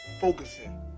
focusing